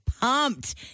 pumped